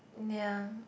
ya